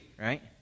right